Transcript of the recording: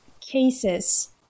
cases